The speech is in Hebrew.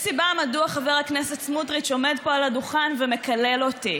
יש סיבה מדוע חבר הכנסת סמוטריץ עומד פה על הדוכן ומקלל אותי,